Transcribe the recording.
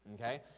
okay